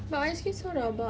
but my skin so rabak